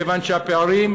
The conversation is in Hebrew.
כיוון שהפערים,